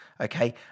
okay